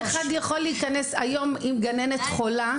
היום אם גננת חולה,